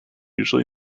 usually